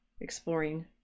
exploring